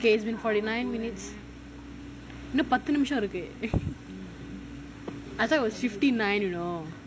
okay it's been forty nine minutes இன்னும் பத்து நிமிஷம் இருக்கு:innum pathu nimisham iruku I thought it was fifty nine you know